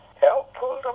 Helpful